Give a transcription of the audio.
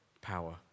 power